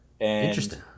Interesting